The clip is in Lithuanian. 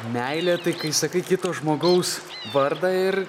meilė tai kai sakai kito žmogaus vardą ir